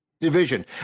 division